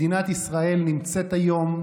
מדינת ישראל נמצאת היום,